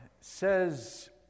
says